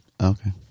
Okay